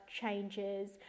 changes